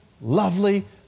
lovely